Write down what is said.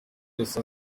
yose